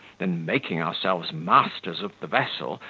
than, making ourselves masters of the vessel,